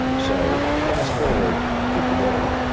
so fast forward to today.